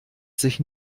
sich